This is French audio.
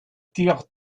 tire